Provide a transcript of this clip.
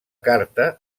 carta